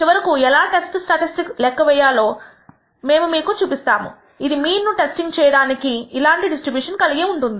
చివరకు ఎలా test statistic లెక్క వేయాలో మేము మీకు చూపిస్తాము ఇది మీన్ ను టెస్టింగ్ చేయడానికి ఇలాంటి డిస్ట్రిబ్యూషన్ కలిగి ఉంటుంది